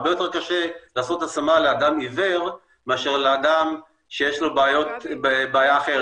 הרבה מאוד קשה לעשות השמה לאדם עיוור מאשר לאדם שיש לו בעיה אחרת,